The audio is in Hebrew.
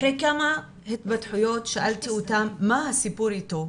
אחרי כמה התבדחויות שאלתי אותם מה הסיפור איתו,